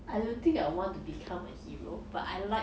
I don't think I want to become a hero but I like